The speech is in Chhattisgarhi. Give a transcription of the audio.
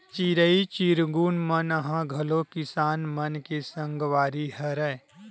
चिरई चिरगुन मन ह घलो किसान मन के संगवारी हरय